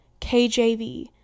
KJV